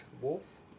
Wolf